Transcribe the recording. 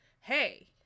Hey